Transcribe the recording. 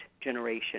generation